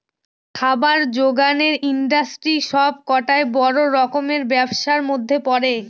খাবার জোগানের ইন্ডাস্ট্রি সবটাই বড় রকমের ব্যবসার মধ্যে পড়ে